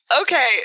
Okay